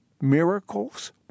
miracles